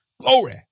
Glory